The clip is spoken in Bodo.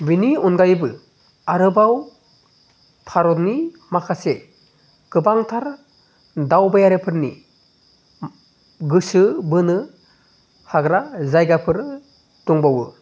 बेनि अनगायैबो आरोबाव भारतनि माखासे गोबांथार दावबायारिफोरनि गोसो बोनो हाग्रा जायगाफोर दंबावो